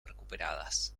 recuperadas